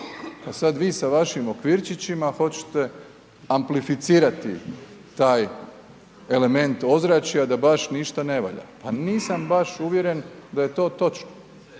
sada vi sa vašim okvirčićima hoćete amplificirati taj element ozračja da baš ništa ne valja. Pa nisam baš uvjeren da je to točno,